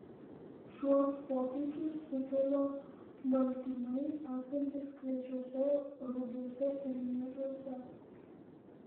šiuos pokyčius sukelia baltymai esantys kviečiuose rugiuose ir miežiuose